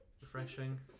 refreshing